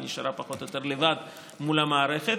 היא נשארה פחות או יותר לבד מול המערכת.